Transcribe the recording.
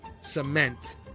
cement